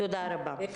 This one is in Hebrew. תודה רבה.